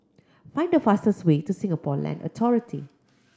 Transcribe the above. find the fastest way to Singapore Land Authority